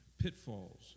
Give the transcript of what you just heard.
pitfalls